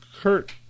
kurt